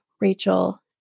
Rachel